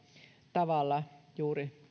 tavalla juuri